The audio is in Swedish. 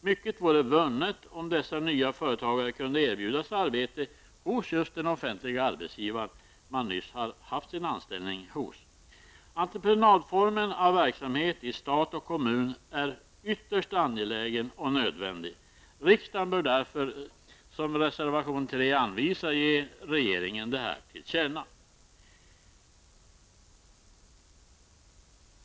Mycket vore vunnet om dessa nya företagare kunde erbjudas arbete hos just den offentliga arbetsgivare som de nyss har haft sin anställning hos. Entreprenadformen av verksamhet i stat och kommun är ytterst angelägen och nödvändig. Riksdagen bör därför, som reservation 3 anvisar, ge regeringen detta till känna.